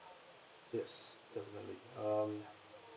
yes definitely um